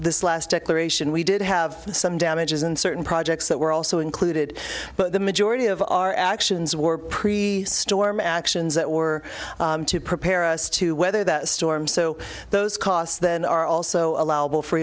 this last declaration we did have some damages in certain projects that were also included but the majority of our actions were pretty storm actions that were to prepare us to weather the storm so those costs then are also allowable for